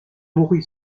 mourut